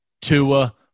Tua